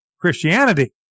Christianity